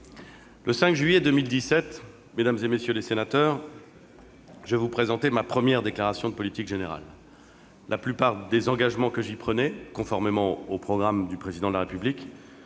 Le 5 juillet 2017, mesdames, messieurs les sénateurs, je vous présentais ma première déclaration de politique générale. La plupart des engagements que j'y prenais, conformément au programme du Président de la République,